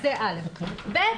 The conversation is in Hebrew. ב.